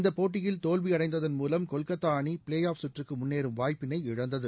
இந்தப் போட்டியில் தோல்வியடைந்ததள் மூலம் கொல்கத்தா அணி ப்ளே ஆப் சுற்றுக்கு முன்னேறும் வாய்ப்பினை இழந்தது